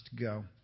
go